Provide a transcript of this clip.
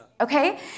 okay